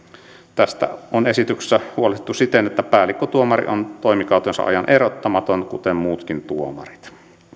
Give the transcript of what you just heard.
tästä on esityksessä huolehdittu siten että päällikkötuomari on toimikautensa ajan erottamaton kuten muutkin tuomarit